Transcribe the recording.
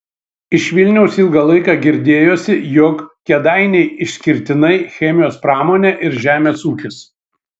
iš vilniaus ilgą laiką girdėjosi jog kėdainiai išskirtinai chemijos pramonė ir žemės ūkis